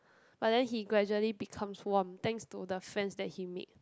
but then he gradually becomes warm thanks to the friends that he make